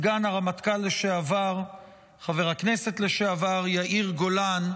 סגן הרמטכ"ל לשעבר חבר הכנסת לשעבר יאיר גולן,